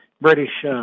British